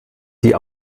die